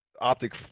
optic